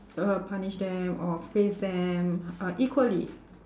uh punish them or face them uh equally